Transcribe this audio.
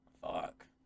fuck